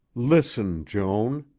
listen, joan.